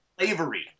Slavery